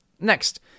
Next